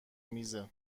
میزه